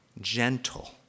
gentle